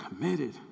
committed